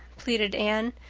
pleaded anne.